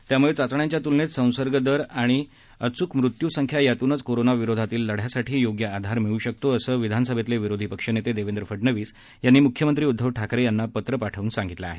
त्यामुळे चाचण्यांच्या तुलनेत संसर्ग दर आणि अच्क मृत्यू संख्या यातूनच कोरोनाविरोधातल्या लढ्यासाठी योग्य आधार प्राप्त होऊ शकतो असं विधानसभेतील विरोधी पक्षनेते देवेंद्र फडनवीस यांनी मुख्यमंत्री उद्धव ठाकरे यांना पत्र पाठवून सांगितलं आहे